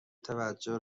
توجه